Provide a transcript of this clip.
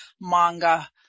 manga